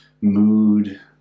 mood